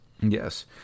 yes